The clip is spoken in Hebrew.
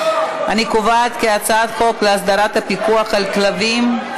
אני קובעת כי הצעת חוק להסדרת הפיקוח על כלבים (תיקון,